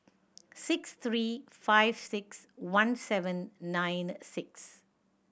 six three five six one seven nine six